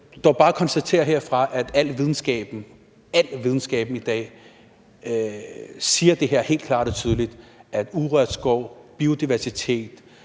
dog bare konstatere herfra, at al videnskaben i dag siger det her helt klart og tydeligt, nemlig at urørt skov og biodiversitet